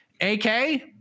AK